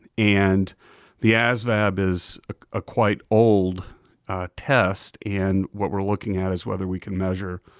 and the asvab is a quite old test, and what we're looking at is whether we can measure